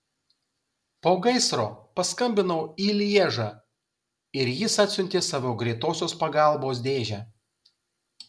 po gaisro paskambinau į lježą ir jis atsiuntė savo greitosios pagalbos dėžę